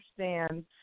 understand